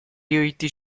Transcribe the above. diritti